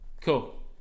Cool